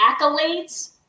accolades